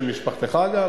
נדמה לי שמשפחתך גם,